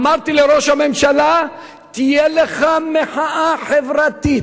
אמרתי לראש הממשלה: תהיה לך מחאה חברתית,